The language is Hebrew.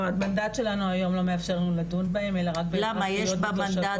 לא המנדט שלנו היום לא מאפשר לנו לדון בהן אלא רק באזרחיות ותושבות.